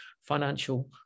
financial